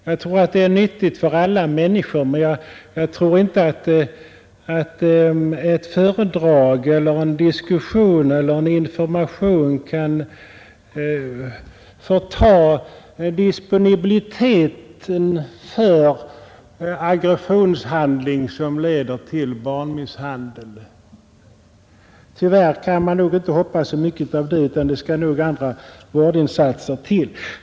Jag tror att det är nyttigt med sådana skolor, även om vi inte LG skall vänta oss att ett föredrag, en diskussion eller information kan förta disponibiliteten för aggressionshandling som leder till barnmisshandel. Tyvärr kan man nog inte hoppas så mycket av detta, utan det skall nog andra vårdinstanser till.